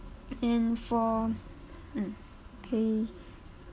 and for mm okay